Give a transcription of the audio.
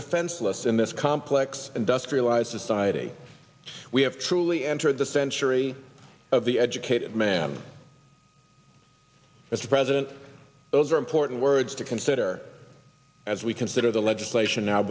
defenseless in this complex industrialized society we have truly entered the century of the educated man as a president those are important words to consider as we consider the legislation now